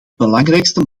belangrijkste